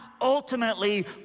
ultimately